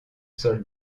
sol